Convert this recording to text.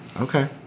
Okay